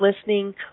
listening